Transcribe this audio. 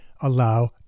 allow